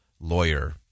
lawyer